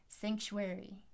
sanctuary